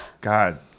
god